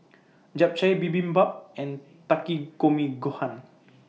Japchae Bibimbap and Takikomi Gohan